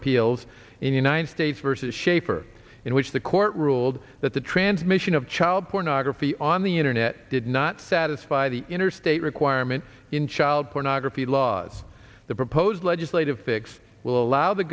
appeals in united states versus shaper in which the court ruled that the transmission of child pornography on the internet did not satisfy the interstate requirement in child pornography laws the proposed legislative fix will allow the